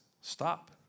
stop